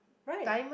right